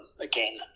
again